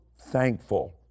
thankful